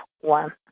one